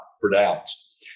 pronounce